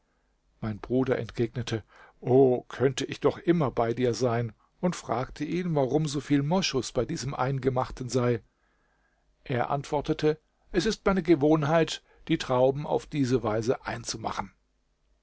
mein bruder entgegnete o könnte ich doch immer bei dir sein und fragte ihn warum so viel moschus bei diesem eingemachten sei er antwortete es ist meine gewohnheit die trauben auf diese weise einzumachen